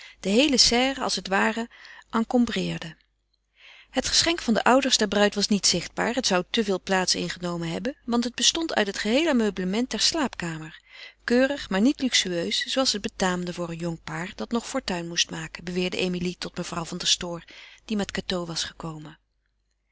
de geheele serre als het ware encombreerde het geschenk van de ouders der bruid was niet zichtbaar het zou te veel plaats ingenomen hebben want het bestond uit het geheele ameublement der slaapkamer keurig maar niet luxueus zooals het betaamde voor een jong paar dat nog fortuin moest maken beweerde emilie tot mevrouw van der stoor die met cateau was gekomen